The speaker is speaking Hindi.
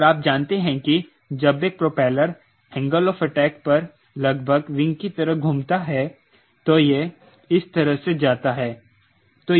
और आप जानते हैं कि जब एक प्रोपेलर एंगल ऑफ अटैक पर लगभग विंग की तरह घूमता है तो यह इस तरह से जाता है